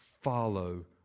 follow